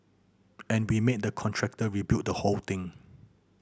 and we made the contractor rebuild the whole thing